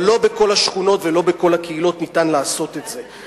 אבל לא בכל השכונות ולא בכל הקהילות אפשר לעשות את זה.